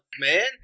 man